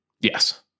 Yes